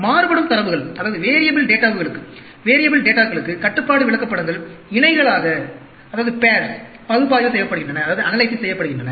மாறுபடும் தரவுகளுக்கு கட்டுப்பாடு விளக்கப்படங்கள் இணைகளாக பகுப்பாய்வு செய்யப்படுகின்றன